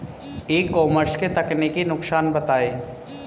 E commerce के तकनीकी नुकसान बताएं?